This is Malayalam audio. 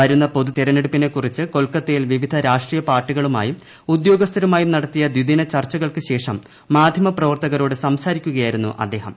വരുന്ന പൊതുതെരഞ്ഞെടുപ്പിനെ കുറിച്ച് കൊൽക്കത്തയിൽ വിവിധ രാഷ്ട്രീയപാർട്ടികളുമായും ഉദ്യോഗസ്ഥരുമായും നടത്തിയ ദ്വിദിന ചർച്ചകൾക്കു ശേഷം മാധ്യമ പ്രവർത്തകരോട് സംസാരിക്കുകയായിരുന്നു അദ്ദേഹം